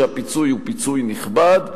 ושהפיצוי הוא פיצוי נכבד.